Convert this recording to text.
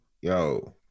yo